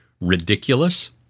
ridiculous